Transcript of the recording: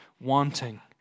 wanting